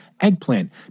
eggplant